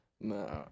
No